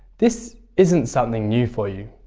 this isn't something new for you.